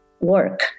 work